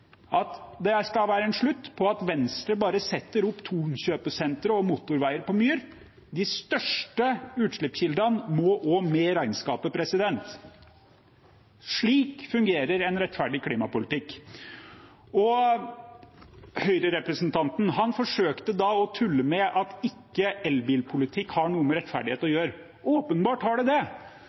at det skal være en slutt på at Venstre bare setter opp Thon-kjøpesentre og motorveier på myr. De største utslippskildene må også med i regnskapet. Slik fungerer en rettferdig klimapolitikk. Høyre-representanten forsøkte å tulle med at elbilpolitikk ikke har noe med rettferdighet å gjøre. Åpenbart har det det.